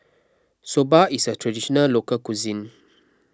Soba is a Traditional Local Cuisine